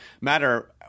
matter